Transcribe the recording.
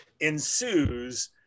ensues